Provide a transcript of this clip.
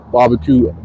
Barbecue